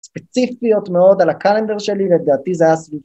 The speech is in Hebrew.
ספציפיות מאוד על הקלנדר שלי ולדעתי זה היה סביבי